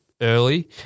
early